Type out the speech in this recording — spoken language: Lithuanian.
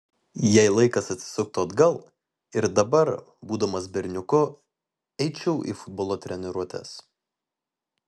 jei laikas atsisuktų atgal ir dabar būdamas berniuku eičiau į futbolo treniruotes